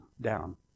down